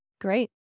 Great